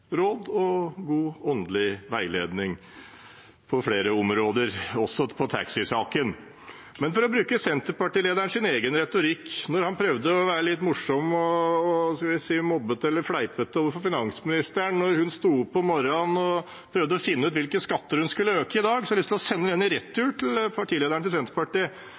råd og god åndelig veiledning på flere områder, også når det gjelder taxisaken. Jeg vil bruke Senterparti-lederens egen retorikk. Han prøvde å være litt morsom og – jeg kan jeg vel si – mobbete eller fleipete overfor den tidligere finansministeren med hensyn til at hun sto opp «om morran» og prøvde å finne ut hvilke skatter hun skulle øke i dag. Jeg har lyst til å sende den i retur til partilederen i Senterpartiet.